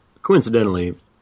Coincidentally